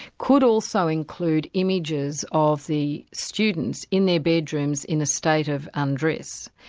could also include images of the students in their bedrooms in a state of undress.